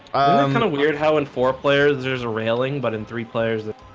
i'm gonna weird how in four players there's a railing but in three players that